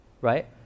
right